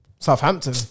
Southampton